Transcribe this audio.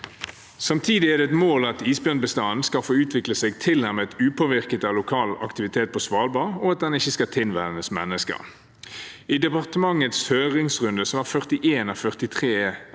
Samtidig er det et mål at isbjørnbestanden skal få utvikle seg tilnærmet upåvirket av lokal aktivitet på Svalbard, og at den ikke skal tilvennes mennesker. I departementets høringsrunde var 41 av 43